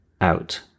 out